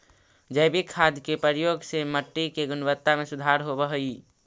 जैविक खाद के प्रयोग से मट्टी के गुणवत्ता में सुधार होवऽ हई